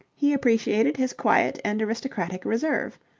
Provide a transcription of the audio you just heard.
he appreciated his quiet and aristocratic reserve.